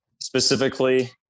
specifically